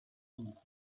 lip